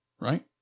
right